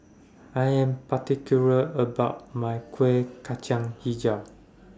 I Am particular about My Kuih Kacang Hijau